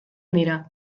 dira